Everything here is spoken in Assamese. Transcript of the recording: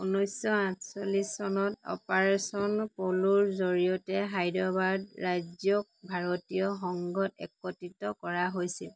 ঊনৈছশ আঠচল্লিছ চনত অপাৰেচন প'লোৰ জৰিয়তে হায়দৰাবাদ ৰাজ্যক ভাৰতীয় সংঘত একত্ৰিত কৰা হৈছিল